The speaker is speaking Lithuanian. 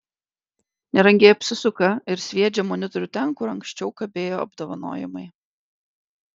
nerangiai apsisuka ir sviedžią monitorių ten kur anksčiau kabėjo apdovanojimai